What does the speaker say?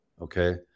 Okay